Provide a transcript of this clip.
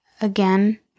again